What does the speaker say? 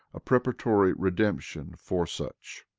a preparatory redemption for such.